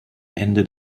ende